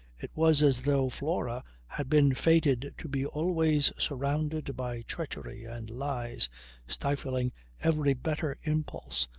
it was as though flora had been fated to be always surrounded by treachery and lies stifling every better impulse,